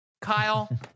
Kyle